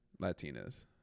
Latinas